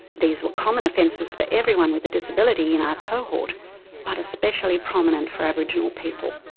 these were common offences for everyone with disability in our cohort but especially prominent for aboriginal people.